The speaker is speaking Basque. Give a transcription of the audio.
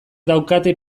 daukate